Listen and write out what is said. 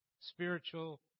spiritual